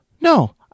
no